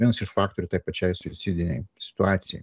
vienas iš faktorių tai pačiai suicidinei situacijai